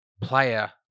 player